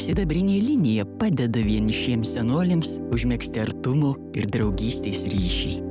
sidabrinė linija padeda vienišiems senoliams užmegzti artumo ir draugystės ryšį